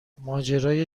ماجرای